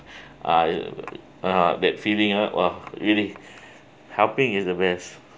uh uh !huh! that feeling uh !wah! really helping is the best